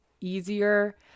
easier